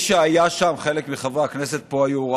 חלק מחברי הכנסת פה היו,